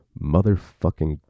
motherfucking